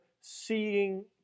seeing